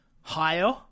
higher